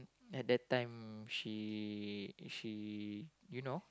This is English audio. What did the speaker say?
at that time she she you know